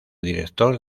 director